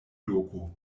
loko